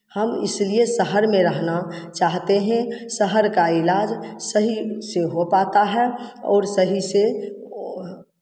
हम इसलिए शहर में रहना चाहते हें शहर का इलाज सही से हो पाता है और सही से